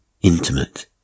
intimate